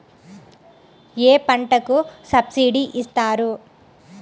ఏ పంటకు సబ్సిడీ ఇస్తారు?